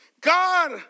God